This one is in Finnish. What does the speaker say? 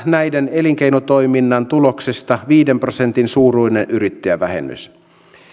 näiden elinkeinotoiminnan tuloksesta viiden prosentin suuruinen yrittäjävähennys